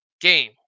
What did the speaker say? game